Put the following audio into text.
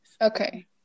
Okay